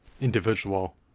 individual